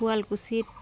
শুৱালকুচিত